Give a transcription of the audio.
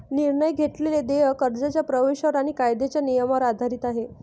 निर्णय घेतलेले देय कर्जाच्या प्रवेशावर आणि कायद्याच्या नियमांवर आधारित आहे